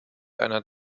einer